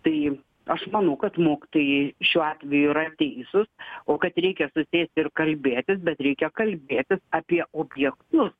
tai aš manau kad mokytojai šiuo atveju yra teisūs o kad reikia susėsti ir kalbėtis bet reikia kalbėtis apie objektus